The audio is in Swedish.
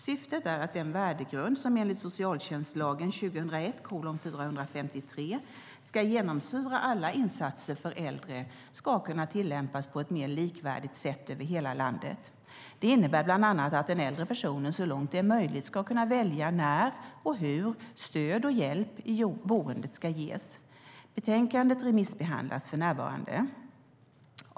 Syftet är att den värdegrund som enligt socialtjänstlagen ska genomsyra alla insatser för äldre ska kunna tillämpas på ett mer likvärdigt sätt över hela landet. Det innebär bland annat att den äldre personen så långt det är möjligt ska kunna välja när och hur stöd och hjälp i boendet ska ges. Betänkandet remissbehandlas för närvarande.